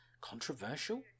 controversial